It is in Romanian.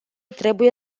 trebuie